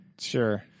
sure